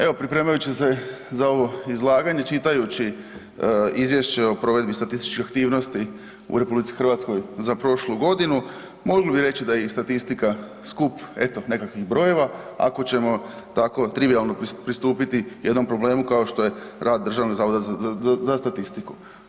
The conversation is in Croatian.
Evo pripremajući se za ovo izlaganje, čitajući Izvješće o provedbi statističke aktivnosti u RH za prošlu godinu mogli bi reći da je i statistika skup eto, nekakvih brojeva, ako ćemo tako trivijalno pristupiti, jednom problemu kao što je rad Državnog zavoda za statistiku.